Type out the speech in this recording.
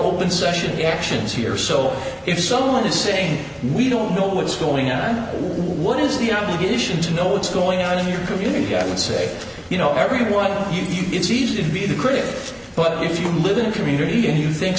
open session actions here so if someone is saying we don't know what's going on what is the obligation to know what's going on in your community i would say you know everyone even sees to be the critic but if you live in a community and you think